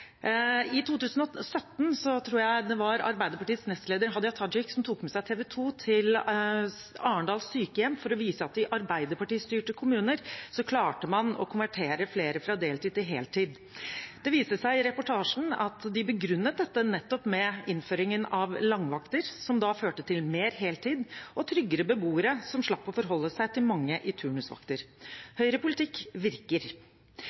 I 2017 tror jeg det var Arbeiderpartiets nestleder Hadia Tajik som tok med seg TV 2 til sykehjem i Arendal for å vise at i Arbeiderparti-styrte kommuner klarte man å konvertere flere fra deltid til heltid. Det viste seg i reportasjen at de begrunnet dette nettopp med innføringen av langvakter, som førte til mer heltid og tryggere beboere som slapp å forholde seg til mange i turnusvakter. Høyre-politikk virker!